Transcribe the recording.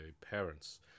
parents